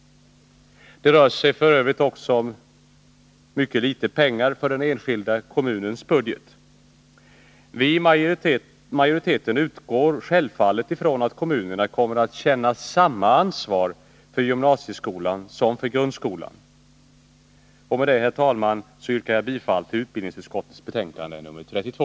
Det rör sig f. ö. också om mycket litet pengar för den enskilda kommunens budget. Vi i majoriteten utgår självfallet ifrån att kommunerna kommer att känna samma ansvar för gymnasieskolan som för grundskolan. Med detta, herr talman, yrkar jag bifall till utbildningsutskottets hemställan i betänkandet nr 32.